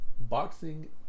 boxing